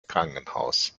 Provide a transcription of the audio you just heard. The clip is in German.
krankenhaus